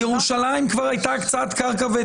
בירושלים היתה כבר הקצאת קרקע והיתר בנייה,